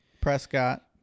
Prescott